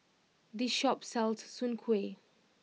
this shop sells Soon Kway